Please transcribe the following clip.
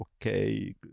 okay